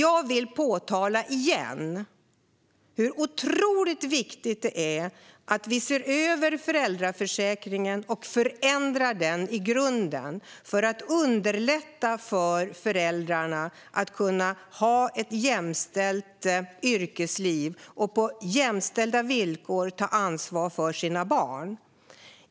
Jag vill därför än en gång påpeka hur otroligt viktigt det är att vi ser över föräldraförsäkringen och förändrar den i grunden för att underlätta för föräldrar att ha ett jämställt yrkesliv och på jämställda villkor ta ansvar för sina barn.